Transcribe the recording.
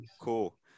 Cool